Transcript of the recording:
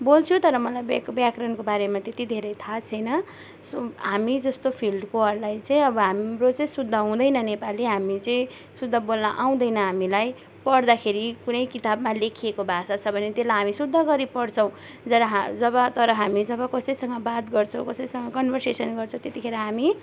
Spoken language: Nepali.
बोल्छु तर मलाई व्याक व्याकरणको बारेमा त्यति धेरै थाहा छैन सो हामी जस्तो फिल्डकोहरूलाई चाहिँ अब हाम्रो चाहिँ शुद्ध हुँदैन नेपाली हामी चाहिँ शुद्ध बोल्नु आउँदैन हामीलाई पढ्दाखेरि कुनै किताबमा लेखिएको भाषा छ भने त्यसलाई हामी शुद्ध गरी पढ्छौँ जरा जब तर हामी जब कसैसँग बाद गर्छौँ कसैसँग कन्भर्सेसन गर्छौँ त्यतिखेर हामी